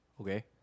Okay